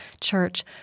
church